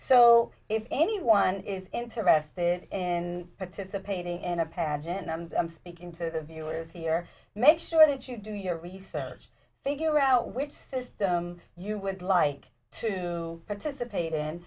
so if anyone is interested in participating in a pageant i'm speaking to the viewers here make sure that you do your research figure out which system you would like to participate in